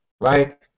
right